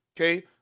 okay